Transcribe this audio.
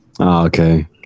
okay